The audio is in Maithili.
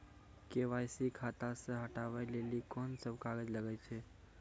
के.वाई.सी खाता से हटाबै लेली कोंन सब कागज लगे छै?